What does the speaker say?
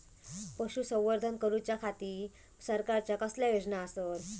पशुसंवर्धन करूच्या खाती सरकारच्या कसल्या योजना आसत?